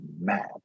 mad